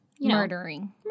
murdering